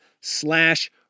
slash